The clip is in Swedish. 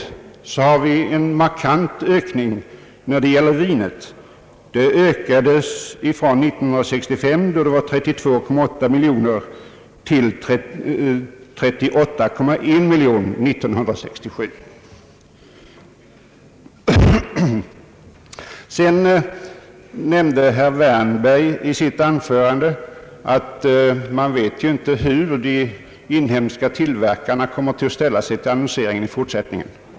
Däremot har vi en markant ökning när det gäller vinet. Konsumtionen ökade från 32,8 miljoner liter år 1965 till 38,1 miljoner liter år 1967. Herr Wärnberg nämnde i sitt anförande, att man inte vet hur de inhemska tillverkarna kommer att ställa sig till annonseringen i fortsättningen.